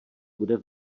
bude